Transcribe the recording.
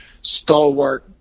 stalwart